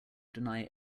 deny